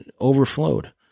overflowed